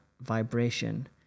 vibration